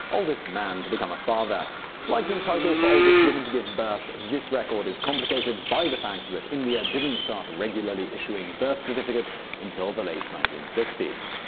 oldest man to become a father like the title for oldest woman to give birth, this record is complicated by the fact that india didn't start regularly issuing birth certificates until the late nineteen sixty s.